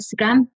Instagram